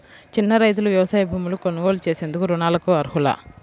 చిన్న రైతులు వ్యవసాయ భూములు కొనుగోలు చేసేందుకు రుణాలకు అర్హులా?